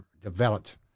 developed